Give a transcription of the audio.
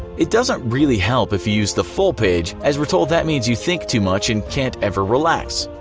it doesn't really help if you use the full page, as we are told that means you think too much and can't ever relax.